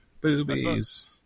boobies